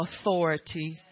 authority